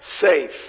safe